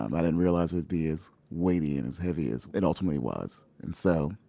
um i didn't realize it'd be as weighty and as heavy as it ultimately was. and so,